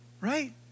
Right